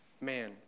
man